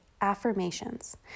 affirmations